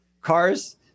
Cars